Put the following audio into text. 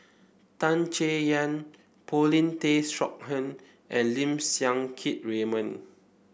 Tan Chay Yan Paulin Tay Straughan and Lim Siang Keat Raymond